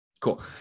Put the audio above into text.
cool